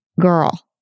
girl